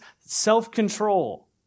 self-control